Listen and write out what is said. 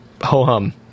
ho-hum